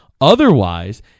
Otherwise